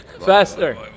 faster